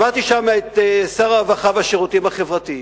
שמעתי שם את שר הרווחה והשירותים החברתיים.